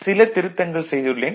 சில திருத்தங்கள் செய்துள்ளேன்